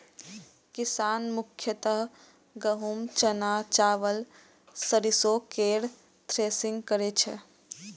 किसान मुख्यतः गहूम, चना, चावल, सरिसो केर थ्रेसिंग करै छै